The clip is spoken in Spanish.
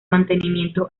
mantenimiento